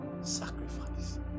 sacrifice